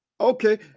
Okay